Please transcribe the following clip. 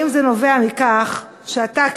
האם זה נובע מכך שאתה,